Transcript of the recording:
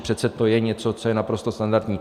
Přece to je něco, co je naprosto standardní.